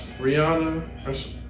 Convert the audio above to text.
Rihanna